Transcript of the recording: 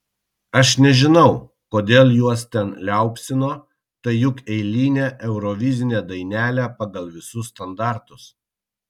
aš nežinau kodėl juos ten liaupsino tai juk eilinė eurovizinė dainelė pagal visus standartus